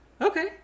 Okay